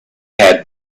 had